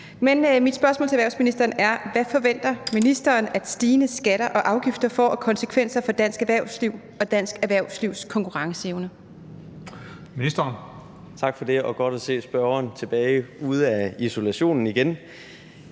mit spørgsmål til erhvervsministeren er: Hvad forventer ministeren at stigende skatter og afgifter får af konsekvenser for dansk erhvervsliv og dansk erhvervslivs konkurrenceevne?